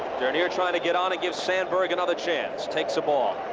dernier trying to get on and give sandberg another chance, takes a ball.